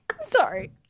Sorry